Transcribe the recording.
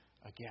again